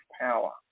power